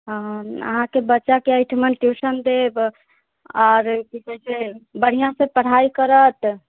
हँ अहाँके बच्चाके एहिठमन ट्यूशन देब और कि कहै छै बढ़ियासऽ पढ़ाइ करत